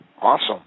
Awesome